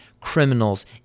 criminals